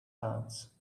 clouds